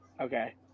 okay